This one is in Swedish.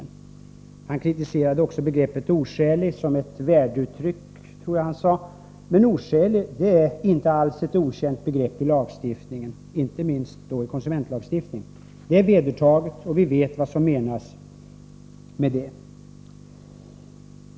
Allan Ekström kritiserade även begreppet oskälig såsom ett värdeuttryck. Men oskälig är inte alls ett okänt begrepp i lagstiftningen, inte minst då i konsumentlagstiftningen. Det är vedertaget och vi vet vad som menas med det.